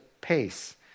pace